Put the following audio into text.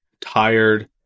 tired